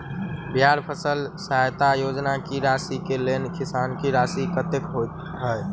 बिहार फसल सहायता योजना की राशि केँ लेल किसान की राशि कतेक होए छै?